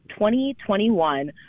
2021